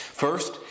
First